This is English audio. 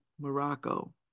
Morocco